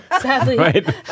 Sadly